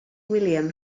william